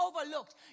overlooked